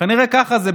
כנראה ככה זה,